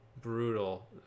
Brutal